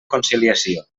conciliació